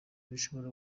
bishobora